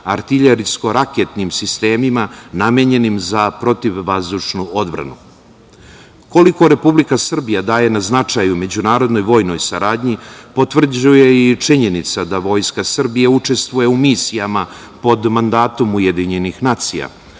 artiljerijsko-raketnim sistemima namenjenim za PVO.Koliko Republika Srbija daje na značaju međunarodnoj vojnoj saradnji, potvrđuje i činjenica da Vojska Srbije učestvuje u misijama pod mandatom UN, kao i misijama